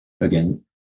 again